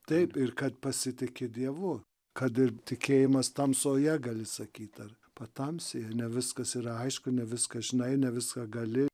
taip ir kad pasitiki dievu kad ir tikėjimas tamsoje gali sakyt ar patamsyje ne viskas yra aišku ne viską žinai ne viską gali